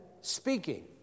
speaking